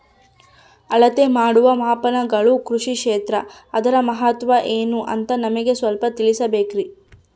ಅಳತೆ ಮಾಡುವ ಮಾಪನಗಳು ಕೃಷಿ ಕ್ಷೇತ್ರ ಅದರ ಮಹತ್ವ ಏನು ಅಂತ ನಮಗೆ ಸ್ವಲ್ಪ ತಿಳಿಸಬೇಕ್ರಿ?